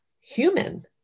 human